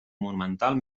monumental